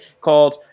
called